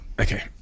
Okay